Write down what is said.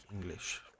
English